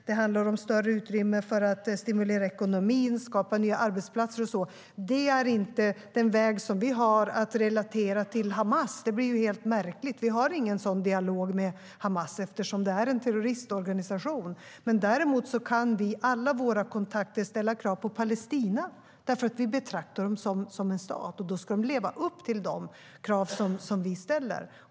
Det handlar också om större utrymme för att stimulera ekonomin, skapa nya arbetsplatser och sådant. Det är inte den väg som relaterar till Hamas. Det vore ju helt märkligt. Vi har ingen dialog med Hamas eftersom det är en terroristorganisation. Däremot kan vi vid alla våra kontakter ställa krav på Palestina, därför att vi betraktar Palestina som en stat, och då ska man leva upp till de krav som vi ställer.